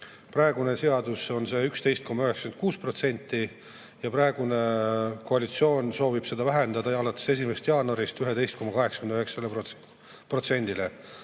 Praeguses seaduses on see 11,96% ja praegune koalitsioon soovib seda vähendada alates 1. jaanuarist 11,89%-le.